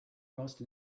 most